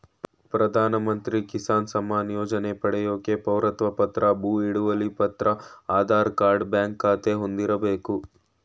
ಪ್ರಧಾನಮಂತ್ರಿ ಕಿಸಾನ್ ಸಮ್ಮಾನ್ ಯೋಜನೆ ಪಡ್ಯೋಕೆ ಪೌರತ್ವ ಪತ್ರ ಭೂ ಹಿಡುವಳಿ ಪತ್ರ ಆಧಾರ್ ಕಾರ್ಡ್ ಬ್ಯಾಂಕ್ ಖಾತೆ ಹೊಂದಿರ್ಬೇಕು